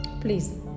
please